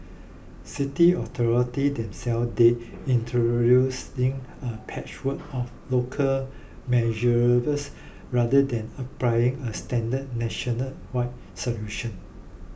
city authorities themselves dread introducing a patchwork of local measures rather than applying a standard national wide solution